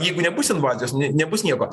jeigu nebus invazijos nebus nieko